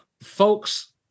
Folks